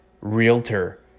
realtor